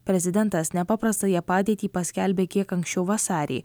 prezidentas nepaprastąją padėtį paskelbė kiek anksčiau vasarį